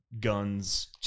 guns